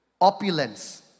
Opulence